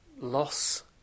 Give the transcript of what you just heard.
loss